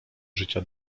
życia